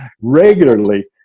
regularly